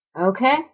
Okay